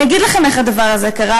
אני אגיד לכם איך הדבר הזה קרה,